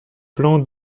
plan